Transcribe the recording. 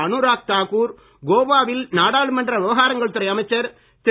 அனுராத் தாக்கூர் கோவாவில் நாடாளுமன்ற விவகாரங்கள் துறை அமைச்சர் திரு